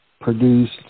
produced